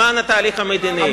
למען התהליך המדיני.